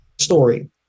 story